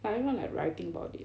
but everyone like writing about it